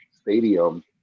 stadium